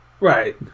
Right